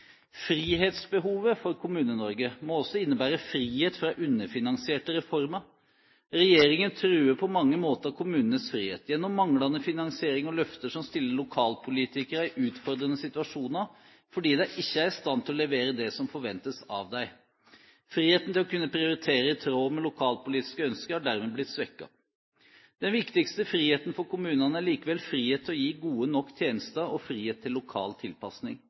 Frihetsbehovet for Kommune-Norge må også innebære frihet fra underfinansierte reformer. Regjeringen truer på mange måter kommunenes frihet gjennom manglende finansiering og løfter som stiller lokalpolitikere i utfordrende situasjoner, fordi de ikke er i stand til å levere det som forventes av dem. Friheten til å kunne prioritere i tråd med lokalpolitiske ønsker har dermed blitt svekket. Den viktigste friheten for kommunene er likevel frihet til å gi gode nok tjenester og frihet til lokal tilpasning.